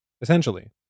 essentially